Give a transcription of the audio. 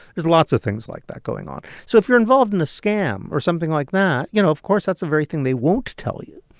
there's lots of things like that going on. so if you're involved in a scam or something like that, you know, of course that's the very thing they won't tell you.